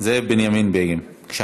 זאב בנימין בגין, בבקשה.